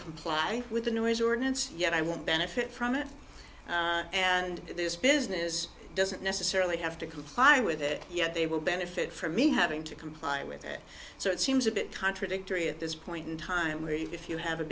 comply with the noise ordinance yet i won't benefit from it and this business doesn't necessarily have to comply with it yet they will benefit from me having to comply with it so it seems a bit contradictory at this point in time where if you have a